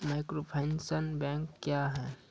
Microfinance bank क्या हैं?